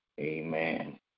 Amen